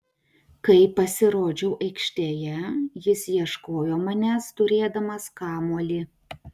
kai pasirodžiau aikštėje jis ieškojo manęs turėdamas kamuolį